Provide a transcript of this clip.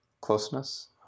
closeness